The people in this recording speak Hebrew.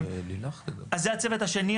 אז זה הצוות השני,